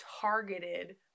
targeted